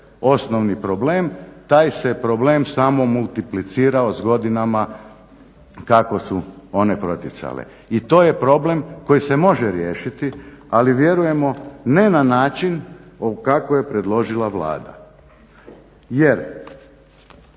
osnovni problem. Taj se problem samo multiplicirao s godinama kako su one protjecale. I to je problem koji se može riješiti, ali vjerujemo ne na način kako je predložila Vlada.